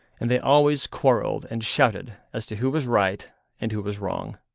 and they always quarrelled and shouted as to who was right and who was wrong.